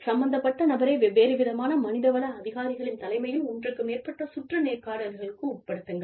சம்பந்தப்பட்ட நபரை வெவ்வேறு விதமான மனித வள அதிகாரிகளின் தலைமையில் ஒன்றுக்கு மேற்பட்ட சுற்று நேர்காணல்களுக்கு உட்படுத்துங்கள்